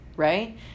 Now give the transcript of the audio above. Right